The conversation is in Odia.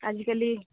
ଆଜିକାଲି